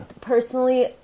personally